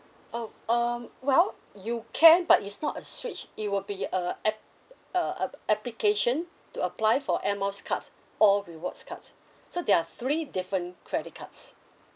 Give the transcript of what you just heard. oh um well you can but it's not a switch it will be a app~ a a application to apply for air miles cards or rewards cards so there are three different credit cards